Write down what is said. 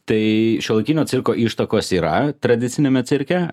tai šiuolaikinio cirko ištakos yra tradiciniame cirke